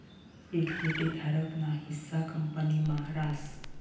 equity धारक ना हिस्सा कंपनी मा रास